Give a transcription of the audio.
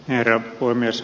herra puhemies